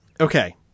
Okay